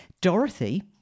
Dorothy